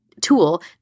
tool